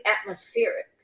atmospheric